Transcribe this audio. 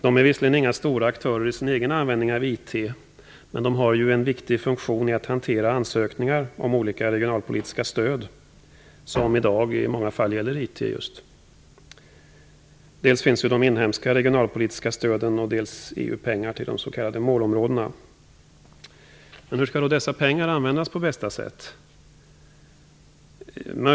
De är visserligen inga stora aktörer i sin egen användning av IT, men de har ju en viktig funktion i att hantera ansökningar om olika regionalpolitiska stöd som i många fall gäller just IT i dag. Dels finns de inhemska regionalpolitiska stöden, dels finns EU-pengar till de s.k. målområdena. Men hur skall då dessa pengar användas på bästa sätt?